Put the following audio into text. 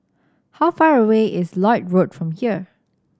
how far away is Lloyd Road from here